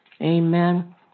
Amen